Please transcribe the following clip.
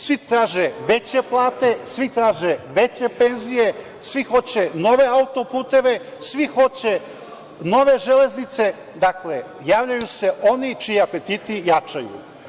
Svi traže veće plate, svi traže veće penzije, svi hoće nove autoputeve, svi hoće nove železnice, dakle javljaju se oni čiji apetiti jačaju.